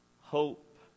Hope